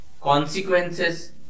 consequences